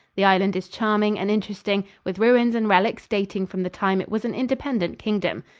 the island is charming and interesting, with ruins and relics dating from the time it was an independent kingdom.